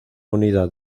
unidad